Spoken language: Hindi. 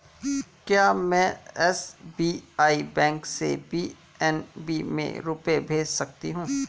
क्या में एस.बी.आई बैंक से पी.एन.बी में रुपये भेज सकती हूँ?